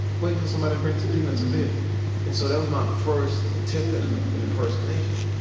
waiting for somebody to bring some peanuts and beer and so that was my first attempt at an ah an impersonation.